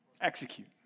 Execute